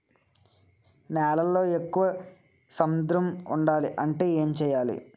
నేలలో ఎక్కువ సాంద్రము వుండాలి అంటే ఏంటి చేయాలి?